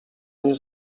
nie